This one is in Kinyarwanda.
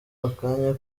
akanya